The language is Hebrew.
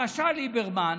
הרשע ליברמן,